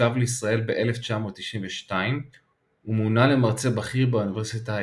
שב לישראל ב-1992 ומונה למרצה בכיר באוניברסיטה העברית.